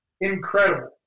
incredible